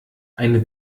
eine